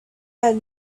had